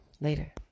Later